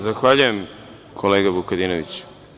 Zahvaljujem, kolega Vukadinoviću.